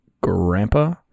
grandpa